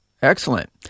Excellent